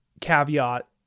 caveat